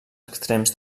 extrems